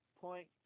point